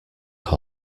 some